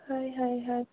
ہےَ ہےَ ہےَ